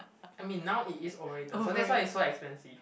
I mean now it is oriented so that's why it's so expensive